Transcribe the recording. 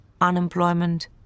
unemployment